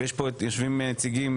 ופה יושבים נציגים,